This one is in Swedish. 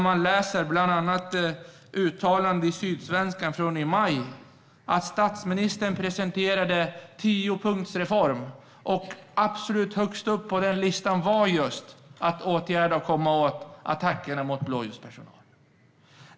Man kan läsa i Sydsvenskan från i maj att statsministern presenterade en tiopunktsreform, och absolut högst upp på den listan stod åtgärder för att komma åt attackerna mot blåljuspersonal.